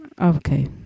Okay